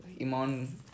Iman